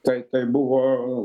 tai tai buvo